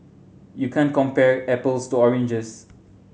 you can't compare apples to oranges